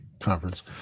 conference